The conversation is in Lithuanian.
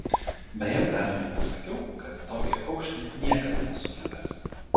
beje vedliui nesakiau kad į tokį aukštį niekad nesu lipęs